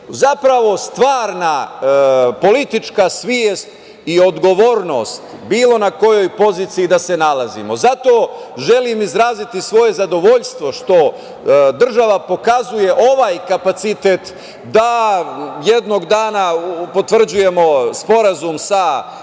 zapravo stvarna politička svest i odgovornost, bilo na kojoj poziciji da se nalazimo. Zato želim izraziti svoje zadovoljstvo što država pokazuje ovaj kapacitet da jednog dana potvrđujemo Sporazum sa